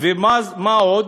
ומה עוד?